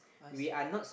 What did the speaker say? I see